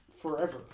forever